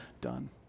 done